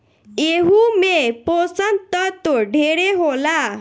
एहू मे पोषण तत्व ढेरे होला